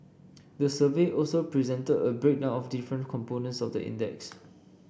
the survey also presented a breakdown of different components of the index